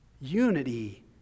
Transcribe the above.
Unity